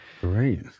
Great